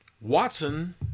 Watson